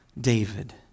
David